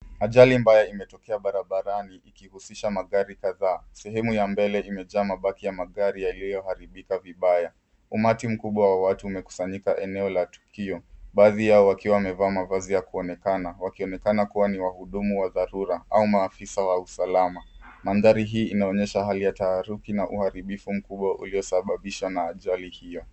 Ajali mbaya imetokea barabarani ikihusisha magari kadhaa. Sehemu ya mbele imejaa mabaki ya magari yaliyoharibika vibaya. Umati mkubwa wa watu umekusanyika eneo la tukio baadhi yao wakiwa wamevaa mavazi ya kuonekana, wakionekana kuwa ni wahudumu wa dharura au maafisa wa usalama. Mandhari hii inaonyesha hali ya taharuki na uharibifu mkubwa uliosababishwa na ajali hiyo.